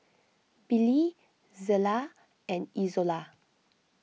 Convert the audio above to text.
Billy Zela and Izola